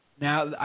Now